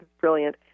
Brilliant